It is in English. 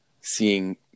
Seeing